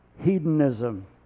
Hedonism